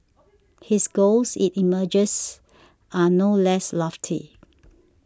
his goals it emerges are no less lofty